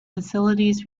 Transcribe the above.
facilities